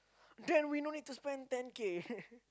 then we no need to spend ten K